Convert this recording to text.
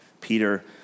Peter